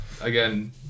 again